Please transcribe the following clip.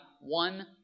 one